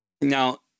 Now